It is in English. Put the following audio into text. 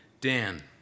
Dan